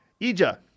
Ija